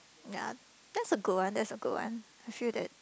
ya that's a good one that's a good one I feel that